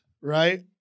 right